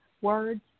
words